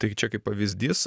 taigi čia kaip pavyzdys